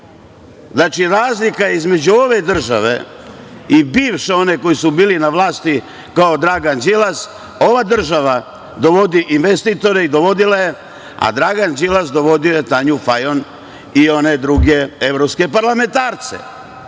Znači, razlika između ove države i bivše one koji su bili na vlasti kao Dragana Đilas ova država dovodi investitore i dovodila je, a Dragan Đilas dovodio je Tanju Fajon i one druge evropske parlamentarce